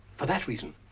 for that reason